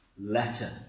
letter